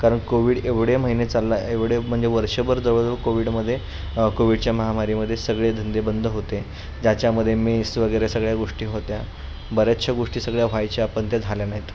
कारण कोविड एवढे महिने चालला एवढे म्हणजे वर्षभर जवळ जवळ कोविडमध्ये कोविडच्या महामारीमध्ये सगळे धंदे बंद होते ज्याच्यामध्ये मेस वगैरे सगळ्या गोष्टी होत्या बऱ्याचशा गोष्टी सगळ्या व्हायच्या पण त्या झाल्या नाहीत